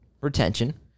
Retention